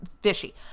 fishy